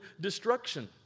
destruction